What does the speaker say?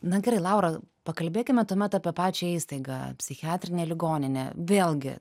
na gerai laura pakalbėkime tuomet apie pačią įstaigą psichiatrinę ligoninę vėlgi